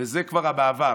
וזה כבר המעבר.